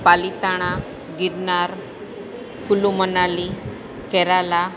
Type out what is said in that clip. Palitana Girnar Kullu Manali Kerala